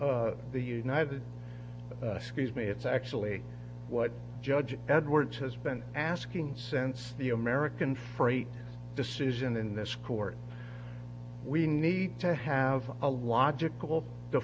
you the united scuse me it's actually what judge edwards has been asking since the american freight decision in this court we need to have a logical t